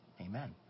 Amen